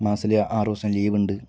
മാസത്തില് ആറ് ദിവസം ലീവുണ്ട്